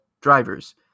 drivers